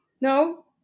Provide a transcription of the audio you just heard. No